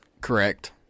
Correct